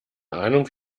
ahnung